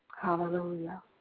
Hallelujah